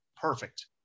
Perfect